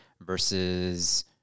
versus